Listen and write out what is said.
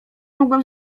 mogłem